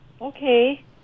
Okay